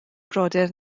brodyr